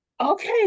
Okay